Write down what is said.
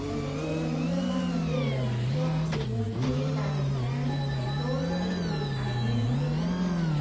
បន្ទះឈើទាំងនោះត្រូវបានតម្រៀបនិងភ្ជាប់ជាមួយគ្នាដោយប្រើ ដែកគោល ឬ វីស ឲ្យមានភាពរឹងមាំ។